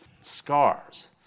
scars